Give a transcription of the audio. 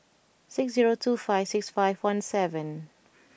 six zero two five six five one seven